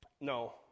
No